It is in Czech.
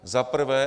Za prvé.